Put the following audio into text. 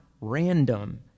random